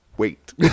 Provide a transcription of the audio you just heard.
wait